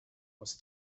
was